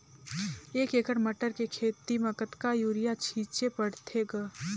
एक एकड़ मटर के खेती म कतका युरिया छीचे पढ़थे ग?